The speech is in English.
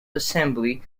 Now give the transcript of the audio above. assembly